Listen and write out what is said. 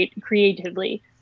creatively